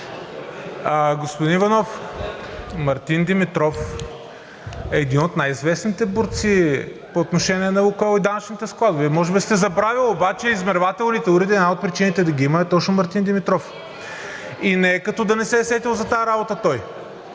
Господин Иванов, Мартин Димитров е един от най-известните борци по отношение на „Лукойл” и данъчните складове. Може би сте забравил обаче, че измервателните уреди – една от причините да ги има, е точно Мартин Димитров, и не е като да не се е сетил за тази работа той.